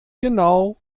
genau